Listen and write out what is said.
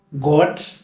God